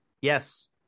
Yes